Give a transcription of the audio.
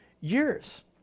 years